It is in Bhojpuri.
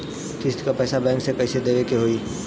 किस्त क पैसा बैंक के कइसे देवे के होई?